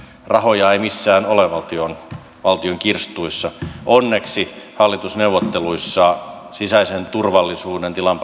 rahoja ei missään ole valtion valtion kirstuissa onneksi hallitusneuvotteluissa sisäisen turvallisuuden tilan